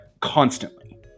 constantly